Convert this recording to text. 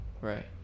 Right